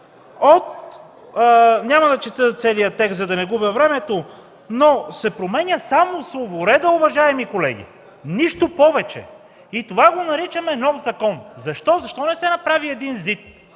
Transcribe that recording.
тук. Няма да чета целия текст, за да не губя времето – променя се само словоредът, уважаеми колеги. Нищо повече! И това го наричаме „нов закон”. Защо? Защо не се направи един ЗИД,